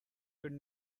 could